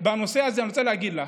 בנושא הזה אני רוצה להגיד לך,